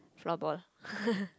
floorball